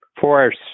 force